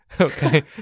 Okay